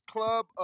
Club